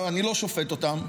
אני לא שופט אותם,